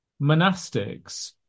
monastics